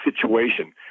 situation